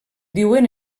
diuen